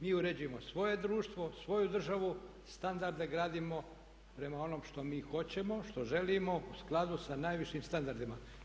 Mi uređujemo svoje društvo, svoju državu, standarde gradimo prema onom što mi hoćemo, što želimo u skladu sa najvišim standardima.